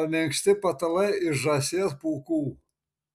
o minkšti patalai iš žąsies pūkų